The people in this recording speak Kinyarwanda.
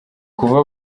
kuva